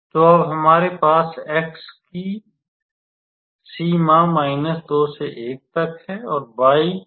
तो अब हमारे पास x की सीमा 2 से 1 तक है